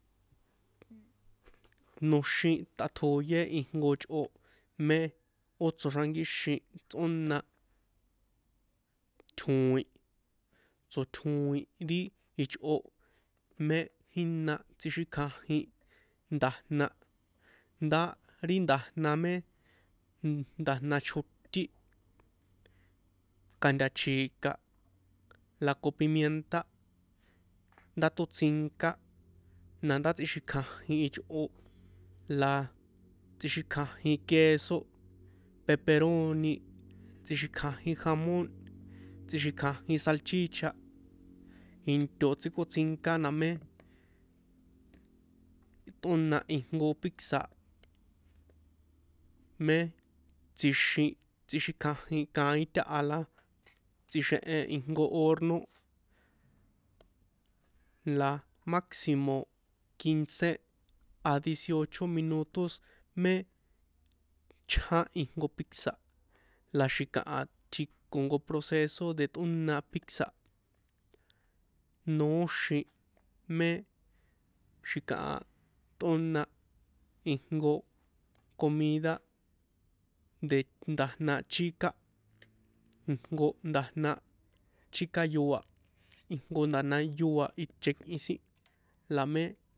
Noxín tꞌatjoyé ijnko ichꞌo mé ó tsaxrankíxin tsꞌóna tjoin tsotjoin ri ichrꞌo mé ina tsixikjanjin nda̱jna ndá ri nda̱jna mé nda̱jna chotín ka̱ntachi̱ka la ko pimienta ndátótsinká nandá tsixikjajin ichrꞌo la tsixikjajin queso peperoni tsixikjanjin jamón tsixikjanjin salchicha into tsíkotsinka na mé tꞌóna ijnko pizza mé tsjixin tsixikjanjin kaín taha la tsixenhen ijnko horno la máximo quince a dieciocho minutos mé chján ijnko pizza la xi̱kaha tjiko jnko proceso de tꞌóna pizza noóxin mé xi̱kaha tꞌóna ijnko comida de nda̱jna chika ijnko nda̱jna chíka yóa ijnko nda̱jna yoa nchekꞌin sin la mé.